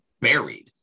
buried